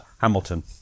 hamilton